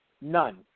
None